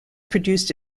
produced